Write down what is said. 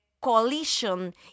coalition